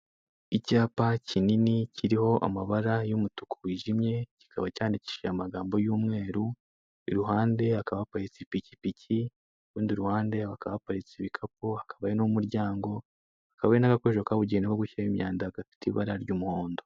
Icyapa kinini kiriho amabara y'umutuku wijimye kikaba cyandikishijwe amagambo y'umweru, i ruhande hakaba haparitse ipikipiki, ku rundi ruhande hakaba haparitse ibikapu, hakaba hari n'umuryango, hakaba hari na gakoresho kabugenewe gafite ibara ry'umuhondo.